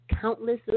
countless